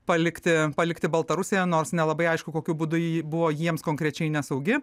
palikti palikti baltarusiją nors nelabai aišku kokiu būdu ji buvo jiems konkrečiai nesaugi